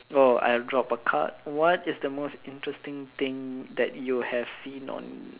oh I drop a card what is the most interesting thing that you have seen on